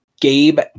Gabe